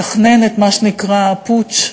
מתכנן את מה שנקרא "פוטש",